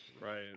Right